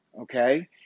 okay